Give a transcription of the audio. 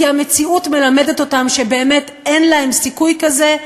כי המציאות מלמדת אותם שבאמת אין להם סיכוי כזה,